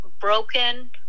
broken